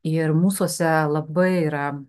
ir mūsuose labai yra